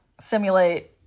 Simulate